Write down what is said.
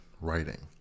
writing